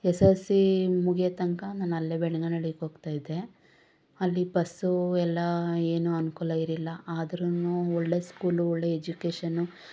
S L C ಮುಗಿಯೋ ತನಕ ನಾನು ಅಲ್ಲೇ ಬೆಣಗನ ಹಳ್ಳಿಗೆ ಹೋಗ್ತಾ ಇದ್ದೆ ಅಲ್ಲಿ ಬಸ್ಸು ಎಲ್ಲ ಏನೂ ಅನುಕೂಲ ಇರ್ಲಿಲ್ಲ ಆದ್ರೂನೂ ಒಳ್ಳೆ ಸ್ಕೂಲು ಒಳ್ಳೆ ಎಜುಕೇಷನ್ನು